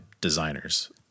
designers